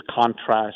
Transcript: contrast